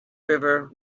river